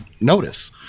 notice